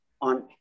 on